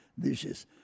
dishes